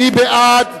מי בעד?